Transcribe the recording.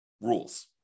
rules